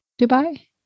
Dubai